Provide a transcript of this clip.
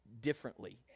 differently